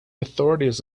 authorities